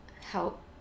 help